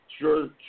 sure